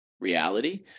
reality